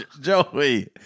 Joey